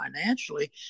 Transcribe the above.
financially